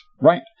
Right